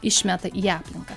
išmeta į aplinką